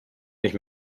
nicht